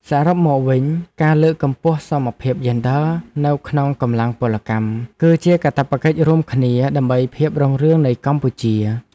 សរុបមកវិញ ការលើកកម្ពស់សមភាពយេនឌ័រនៅក្នុងកម្លាំងពលកម្ម គឺជាកាតព្វកិច្ចរួមគ្នាដើម្បីភាពរុងរឿងនៃកម្ពុជា។